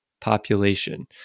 population